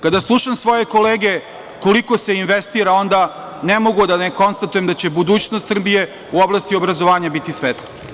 Kada slušam svoje kolege koliko se investira, onda ne mogu a da ne konstatujem da će budućnost Srbije u oblasti obrazovanja biti svetla.